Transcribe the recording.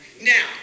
Now